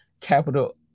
capital